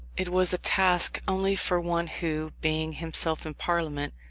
it was a task only for one who, being himself in parliament,